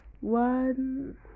one